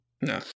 No